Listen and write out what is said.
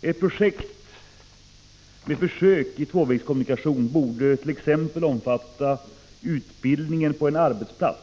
Ett projekt med försök i tvåvägskommunikation borde t.ex. omfatta utbildningen på en arbetsplats.